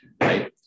right